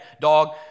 Dog